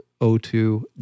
O2